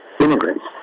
immigrants